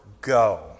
go